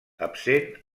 absent